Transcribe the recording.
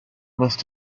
must